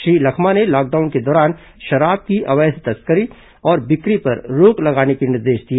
श्री लखमा ने लॉकडाउन के दौरान अवैध शराब की तस्करी और बिक्री पर रोक लगाने के निर्देश दिए